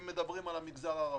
אם מדברים על המגזר הערבי,